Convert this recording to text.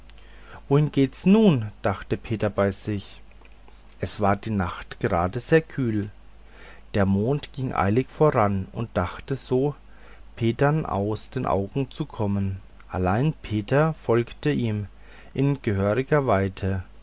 wohin geht's nun dachte peter bei sich es war die nacht gerade sehr kühl der mond ging eilig voran und dachte so petern aus den augen zu kommen allein peter folgte ihm in gehöriger weite